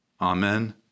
Amen